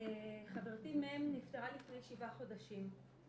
חברתי מ' נפטרה לפני שבעה חודשים,